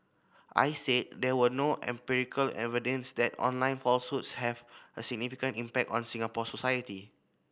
I said there was no empirical evidence that online falsehoods have a significant impact on Singapore society